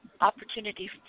opportunity